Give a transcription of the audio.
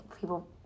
people